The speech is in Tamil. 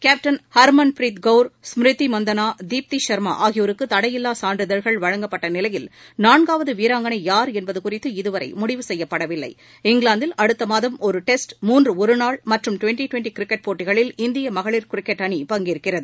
கேப்டன் ஹர்மன்ப்ரீத் கவுர் ஸ்மிரிதி மந்தனா தீப்தி சா்மா ஆகியோருக்கு தடையில்லா சான்றிதழ்கள் வழங்கப்பட்ட நிலையில் நான்காவது வீராங்களை யார் என்பது குறித்து இதுவரை முடிவு செய்யப்படவில்லை இங்கிலாந்தில் அடுத்த மாதம் ஒரு டெஸ்ட் மூன்று ஒருநாள் மற்றும் டுவெண்டி டுவெண்டி கிரிக்கெட் போட்டிகளில் இந்திய மகளிர் கிரிக்கெட் அணி பங்கேற்கிறது